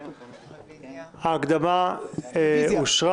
בעד- 8, נגד- 3. ההקדמה אושרה.